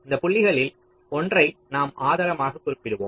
இந்த புள்ளிகளில் ஒன்றை நாம் ஆதாரமாகக் குறிப்பிடுகிறோம்